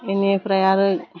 बेनिफ्राय आरो